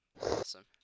Awesome